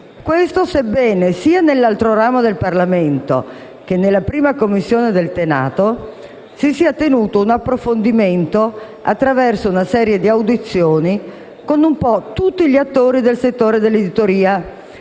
questo sebbene sia nell'altro ramo del Parlamento, che nella 1a Commissione del Senato, si sia tenuto un approfondimento, attraverso una serie di audizioni, con tutti gli attori del settore dell'editoria,